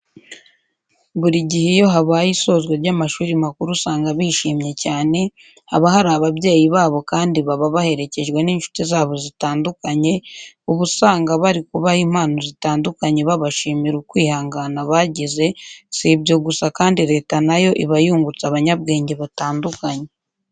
Buri gihe iyo habaye isozwa ry'amashuri makuru usanga bishimye cyane, haba hari ababyeyi babo kandi baba baherekejwe n'inshuti zabo zitandukanye, uba usanga bari kubaha impano zitandukanye babashimira ukwihangana bagijze si ibyo gusa kandi leta na yo iba yungutse abanyabwenge batandukanye.